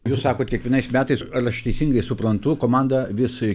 jūs sakot kiekvienais metais ar aš teisingai suprantu komanda vis